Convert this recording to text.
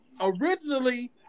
originally